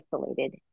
isolated